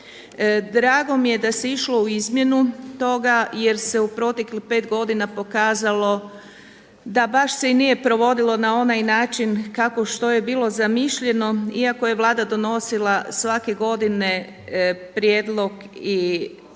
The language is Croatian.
Drago mi je da se išlo u izmjenu toga jer se u proteklih pet godina pokazalo da baš se i nije provodilo na onaj način kako što je bilo zamišljeno iako je Vlada donosila svake godine prijedlog i planove